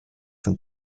von